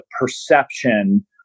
perception